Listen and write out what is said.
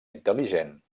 intel·ligent